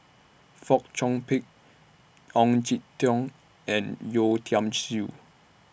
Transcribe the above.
Fong Chong Pik Ong Jin Teong and Yeo Tiam Siew